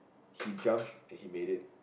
he jumped and he made it